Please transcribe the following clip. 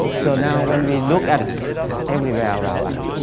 so, now when we look at everywhere around us,